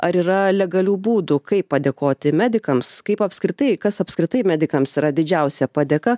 ar yra legalių būdų kaip padėkoti medikams kaip apskritai kas apskritai medikams yra didžiausia padėka